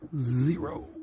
Zero